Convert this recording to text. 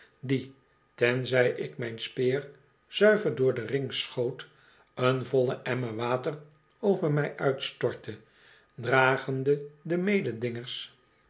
die tenzij ik mijn speer zuiver door den ring schoot een vollen emmer water over mij uitstortte dragende de